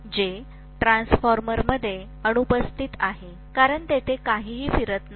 जे ट्रान्सफॉर्मरमध्ये अनुपस्थित आहे कारण तेथे काहीही फिरत नाही